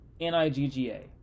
N-I-G-G-A